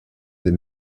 des